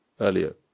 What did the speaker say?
earlier